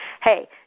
Hey